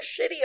shitty